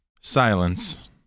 Silence